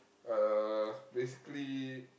uh basically